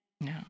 No